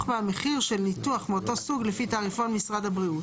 מהמחיר של ניתוח מאותו סוג לפי תעריפון משרד הבריאות,